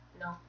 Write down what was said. No